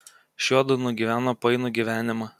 šiuodu nugyveno painų gyvenimą